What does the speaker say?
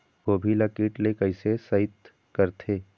गोभी ल कीट ले कैसे सइत करथे?